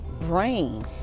brain